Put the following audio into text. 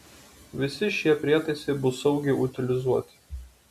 visi šie prietaisai bus saugiai utilizuoti